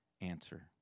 answer